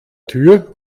tür